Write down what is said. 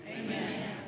Amen